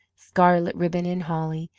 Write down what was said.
scarlet ribbon and holly,